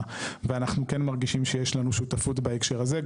ואנחנו כן מרגישים שיש לנו שותפות בהקשר הזה.